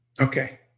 Okay